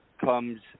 comes